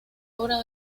obra